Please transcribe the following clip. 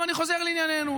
אני חוזר לענייננו.